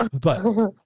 But-